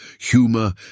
humor